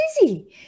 busy